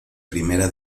primera